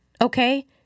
Okay